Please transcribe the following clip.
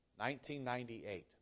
1998